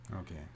Okay